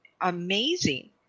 amazing